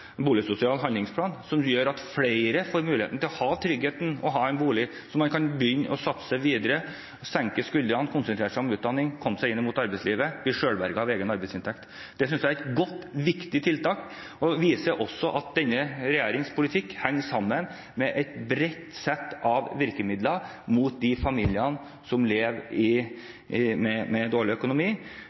boligsosial handlingsplan som gjør at flere får muligheten til å ha tryggheten ved å ha en bolig, så man kan begynne å satse videre, senke skuldrene, konsentrere seg om utdanning, komme seg inn mot arbeidslivet og bli selvberget av egen arbeidsinntekt. Det synes jeg er et godt og viktig tiltak, og det viser også at denne regjeringens politikk henger sammen med et bredt sett av virkemidler inn mot de familiene som lever med dårlig økonomi.